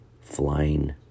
flying